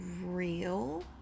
real